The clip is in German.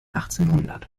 achtzehnhundert